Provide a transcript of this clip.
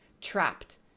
trapped